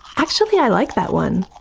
actually i like that one.